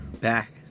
back